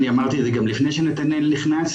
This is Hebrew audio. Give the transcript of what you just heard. אני אמרתי את זה גם לפני שנתנאל נכנס,